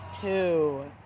two